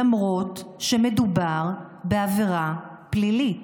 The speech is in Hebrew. למרות שמדובר בעבירה פלילית.